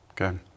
Okay